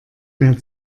mehr